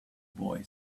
boy